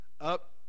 up